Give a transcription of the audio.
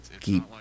keep